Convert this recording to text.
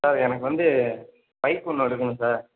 sir எனக்கு வந்து bike ஒன்று எடுக்கணும் சார்